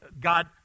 God